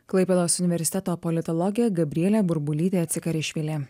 klaipėdos universiteto politologė gabrielė burbulytė acikarišvilė